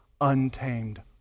untamed